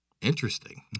Interesting